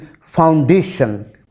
foundation